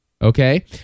Okay